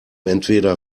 entweder